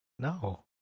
No